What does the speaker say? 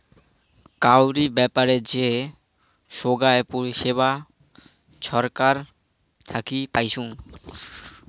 কাউরি ব্যাপারে যে সোগায় পরিষেবা ছরকার থাকি পাইচুঙ